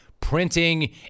printing